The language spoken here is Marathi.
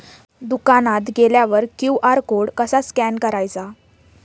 दुकानात गेल्यावर क्यू.आर कोड कसा स्कॅन करायचा?